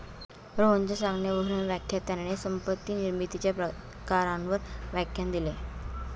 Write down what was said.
रोहनच्या सांगण्यावरून व्याख्यात्याने संपत्ती निर्मितीच्या प्रकारांवर व्याख्यान दिले